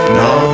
no